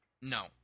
No